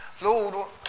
Lord